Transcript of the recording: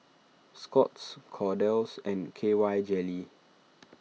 Scott's Kordel's and K Y Jelly